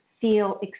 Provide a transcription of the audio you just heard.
feel